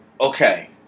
okay